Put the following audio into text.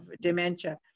dementia